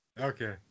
Okay